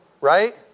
right